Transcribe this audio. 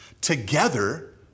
Together